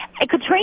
Katrina